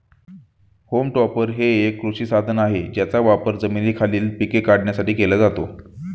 home topper हे एक कृषी साधन आहे ज्याचा वापर जमिनीखालील पिके काढण्यासाठी केला जातो